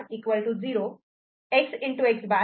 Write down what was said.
x' 0 x